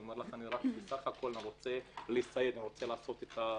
ואומר: בסך הכול אני רוצה לעשות את הצבע,